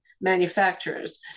manufacturers